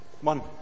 one